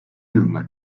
yılına